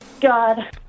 God